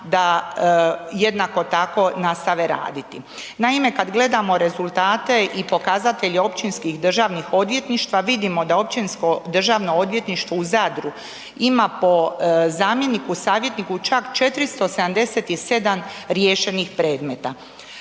da jednako tako nastave raditi. Naime, kad gledamo rezultate i pokazatelje općinskih državnih odvjetništva vidimo da Općinsko državno odvjetništvo u Zadru ima po zamjeniku, savjetniku čak 477 riješenih predmeta,